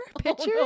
Pictures